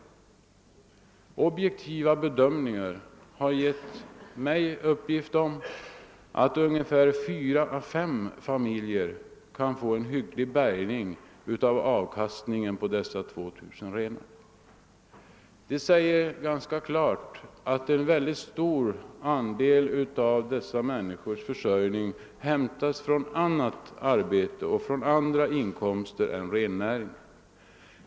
Enligt objektiva bedömningar lär fyra, fem familjer kunna få en hygglig bärgning av avkastningen på dessa 2000 renar. Därav framgår ganska klart att en mycket stor andel av dessa människors försörjning hämtas från annan sysselsättning än rennäringen.